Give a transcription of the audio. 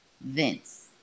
Vince